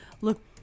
look